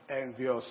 envious